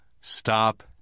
stop